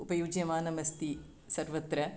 उपयुज्यमानमस्ति सर्वत्र